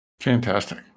Fantastic